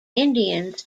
indians